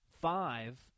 five